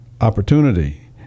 opportunity